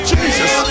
Jesus